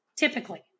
Typically